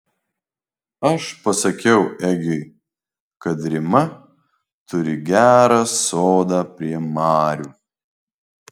aš pasakiau egiui kad rima turi gerą sodą prie marių